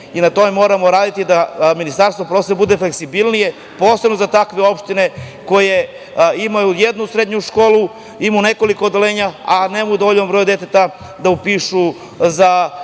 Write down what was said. na tome da Ministarstvo prosvete bude fleksibilnije, posebno za takve opštine koje imaju jednu srednju školu, imaju nekoliko odeljenja, a nemaju dovoljan broj dece da upišu za,